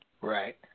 Right